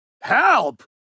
Help